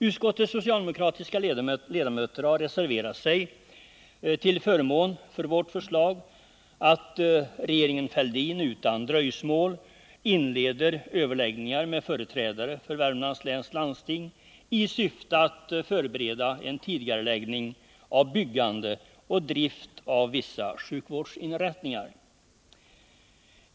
Utskottets socialdemokratiska ledamöter har reserverat sig till förmån för vårt förslag att regeringen Fälldin utan dröjsmål inleder överläggningar med företrädare för Värmlands läns landsting i syfte att förbereda en tidigareläggning av byggande och drift av vissa sjukvårdsinrättningar.